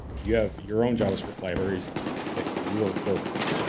you have your own javascript libraries that you are programming,